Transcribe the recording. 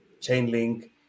Chainlink